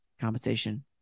Compensation